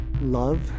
Love